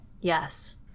Yes